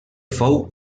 fou